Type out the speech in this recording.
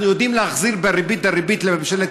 אנחנו יודעים להחזיר בריבית דריבית לממשלת